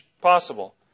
possible